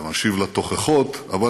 גם אשיב על התוכחות, אבל